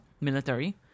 military